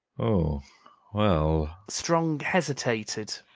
oh well strong hesitated.